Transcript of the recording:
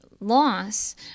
loss